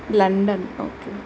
London okay